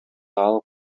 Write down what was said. алып